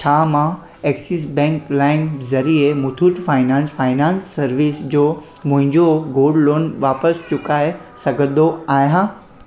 छा मां Axis Bank लाइम ज़रिए मुथूट फाइनेंस फाइनेंस सर्विस जो मुंहिंजो गोल्ड लोन वापसि चुकाए सघंदी आहियां